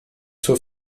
zur